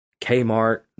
Kmart